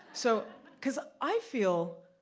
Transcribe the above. so cause i feel,